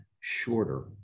shorter